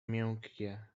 miękkie